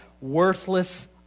Worthless